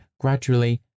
gradually